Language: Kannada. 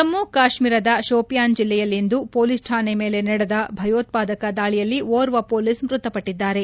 ಜಮ್ಮು ಕಾಶ್ಮೀರದ ಶೋಪಿಯಾನ್ ಜಿಲ್ಲೆಯಲ್ಲಿಯಂದು ಪೊಲೀಸ್ ಠಾಣೆ ಮೇಲೆ ನಡೆದ ಭಯೋತ್ವಾದಕ ದಾಳಿಯಲ್ಲಿ ಓರ್ವ ಪೊಲೀಸ್ ಮೃತಪಟ್ಟಿದ್ದಾರೆ